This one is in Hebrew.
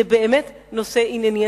זה באמת נושא ענייני.